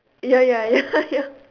ya ya ya ya